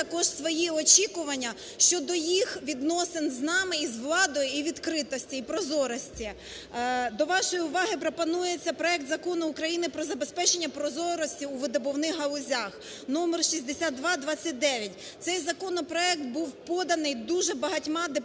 є також свої очікування щодо їх відносин з нами і з владою, і відкритості, і прозорості. До вашої уваги пропонується проект Закону України про забезпечення прозорості у видобувних галузях (№6229). Цей законопроект був поданий дуже багатьма депутатами,